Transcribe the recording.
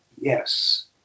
yes